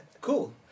Cool